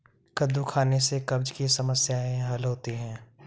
कद्दू खाने से कब्ज़ की समस्याए हल होती है